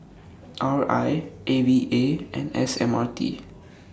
R I A V A and S M R T